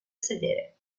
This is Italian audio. sedere